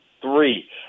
Three